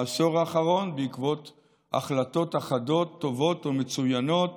בעשור האחרון, בעקבות החלטות אחדות טובות ומצוינות